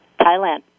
Thailand